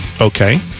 Okay